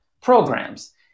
programs